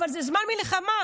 אבל זה זמן מלחמה,